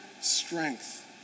strength